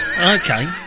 Okay